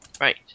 Right